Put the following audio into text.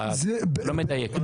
אתה לא מדייק.